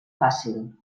fàcil